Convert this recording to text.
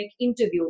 interview